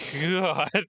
god